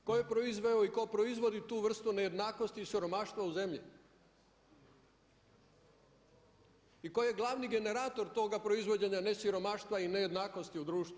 To je proizveo i tko proizvodi tu vrstu nejednakosti i siromaštva u zemlji i tko je glavni generator toga proizvođenja ne siromaštva i nejednakosti u društvu?